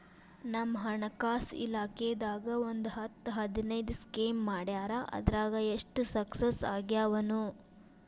ನಮ್ ಹಣಕಾಸ್ ಇಲಾಖೆದಾಗ ಒಂದ್ ಹತ್ತ್ ಹದಿನೈದು ಸ್ಕೇಮ್ ಮಾಡ್ಯಾರ ಅದ್ರಾಗ ಎಷ್ಟ ಸಕ್ಸಸ್ ಆಗ್ಯಾವನೋ